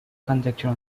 conjecture